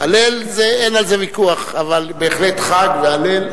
הלל, אין על זה ויכוח, אבל בהחלט חג והלל.